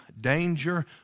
danger